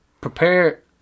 prepare